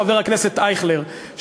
חבר הכנסת אייכלר,